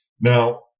now